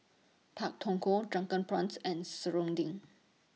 Pak Thong Ko Drunken Prawns and Serunding